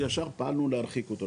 ישר פעלו להרחיק אותו,